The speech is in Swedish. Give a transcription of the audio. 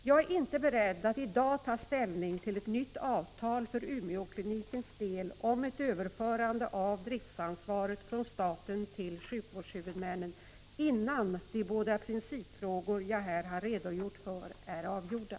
Jag är inte beredd att i dag ta ställning till ett nytt avtal för Umeåklinikens del om ett överförande av driftansvaret från staten till sjukvårdshuvudmannen innan de båda principfrågor jag här har redogjort för är avgjorda.